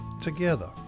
Together